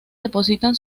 depositan